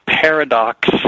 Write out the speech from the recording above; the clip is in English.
paradox